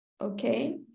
Okay